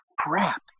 crap